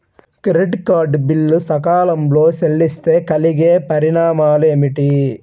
Credit card bill సకాలంలో చెల్లిస్తే కలిగే పరిణామాలేమిటి?